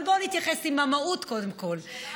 אבל בואו נתייחס למהות קודם כול.